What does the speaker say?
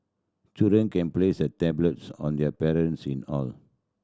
children can place a tablets on their parents in hall